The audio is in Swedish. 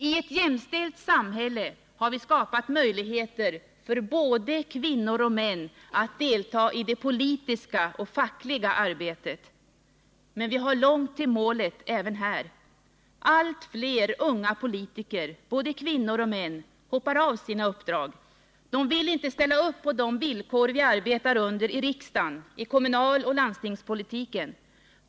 I ett jämställt samhälle har vi skapat möjligheter för både kvinnor och män att delta i det politiska och fackliga arbetet. Men vi har långt till målet även här. Allt fler unga politiker, både kvinnor och män, hoppar av sina uppdrag — de vill inte ställa upp på de villkor vi arbetar under i riksdagen, i kommunaloch landstingspolitiken.